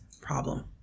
problem